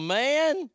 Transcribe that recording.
man